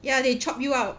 ya they chop you out